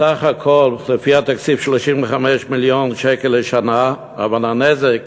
בסך הכול לפי התקציב 35 מיליון שקל לשנה, אבל הנזק